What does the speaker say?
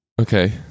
Okay